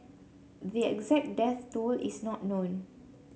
the exact death toll is not known